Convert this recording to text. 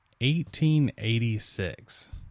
1886